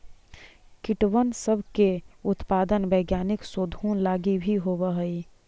कीटबन सब के उत्पादन वैज्ञानिक शोधों लागी भी होब हई